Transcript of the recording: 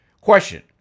Question